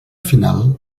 final